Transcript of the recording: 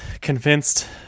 convinced